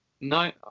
No